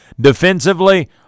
Defensively